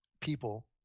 people